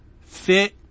fit